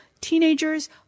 teenagers